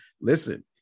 listen